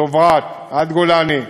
דברת ועד גולני,